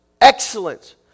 excellence